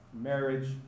marriage